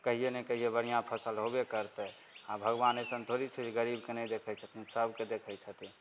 कहियो ने कहियो बढ़िआँ फसल होबे करतइ आओर भगवान अइसन थोड़ी छै जे गरीबके नहि देखय छथिन सबके देखय छथिन